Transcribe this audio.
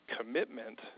commitment